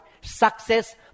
success